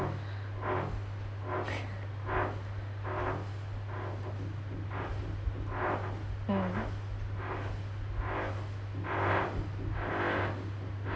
mm